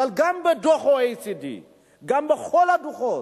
אבל גם בדוחות ב-OECD וגם בכל הדוחות,